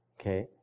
Okay